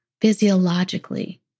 physiologically